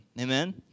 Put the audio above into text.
Amen